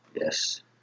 Yes